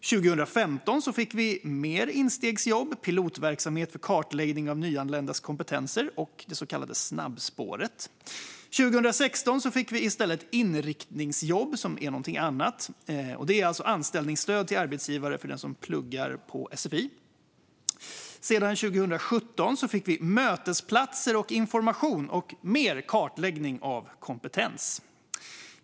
År 2015 fick vi fler instegsjobb, pilotverksamhet för kartläggning av nyanländas kompetenser och det så kallade snabbspåret. År 2016 fick vi i stället inriktningsjobb, som är något annat. Det är anställningsstöd till arbetsgivare för dem som pluggar på sfi. År 2017 fick vi något som kallas Mötesplatser och information och mer kartläggning av kompetens.